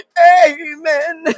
amen